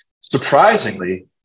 Surprisingly